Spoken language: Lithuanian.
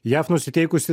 jav nusiteikusi